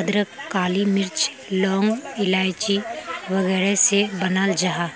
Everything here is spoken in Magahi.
अदरक, काली मिर्च, लौंग, इलाइची वगैरह से बनाल जाहा